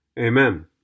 Amen